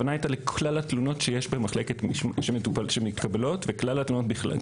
הכוונה הייתה לכלל התלונות שמתקבלות וכלל התלונות בכלל.